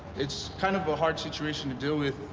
it's kind of a hard situation to deal with,